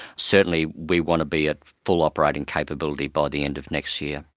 certainly we want to be at full operating capability by the end of next year.